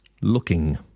looking